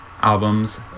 albums